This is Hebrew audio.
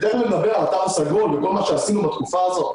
ותיכף נדבר על התו הסגול וכל מה שעשינו בתקופה הזו.